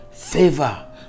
Favor